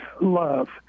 love